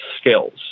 skills